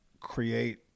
create